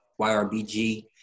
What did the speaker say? YRBG